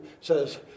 says